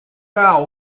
out